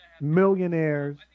millionaires